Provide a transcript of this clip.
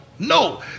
No